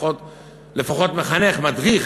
לפחות מחנך מדריך,